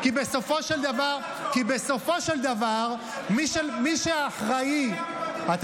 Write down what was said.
כי בסופו של דבר מי שאחראי ------ זו החלטה של שרים.